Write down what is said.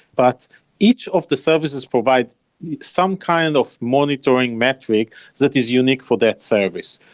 but each of the services provide some kind of monitoring metric that is unique for that service.